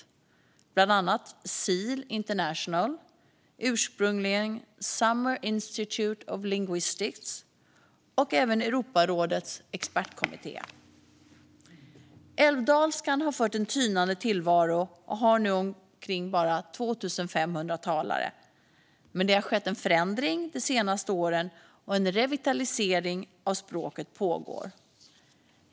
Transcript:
Det gäller bland andra SIL International, ursprungligen Summer Institute of Linguistics, och Europarådets expertkommitté. Älvdalskan har fört en tynande tillvaro och har nu bara omkring 2 500 talare. Men det har skett en förändring de senaste åren, och en revitalisering av språket pågår.